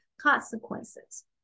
consequences